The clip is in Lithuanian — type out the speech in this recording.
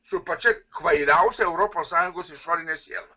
su pačia kvailiausia europos sąjungos išorine siena